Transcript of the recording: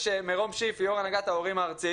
שמירום שיף, יו"ר הנהגת ההורים הארצית